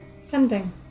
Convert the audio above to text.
sending